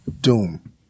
Doom